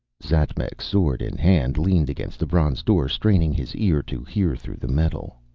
xatmec, sword in hand, leaned against the bronze door, straining his ear to hear through the metal.